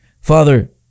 Father